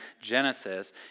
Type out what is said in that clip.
Genesis